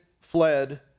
fled